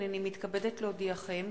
הנני מתכבדת להודיעכם,